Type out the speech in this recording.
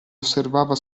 osservava